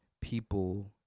people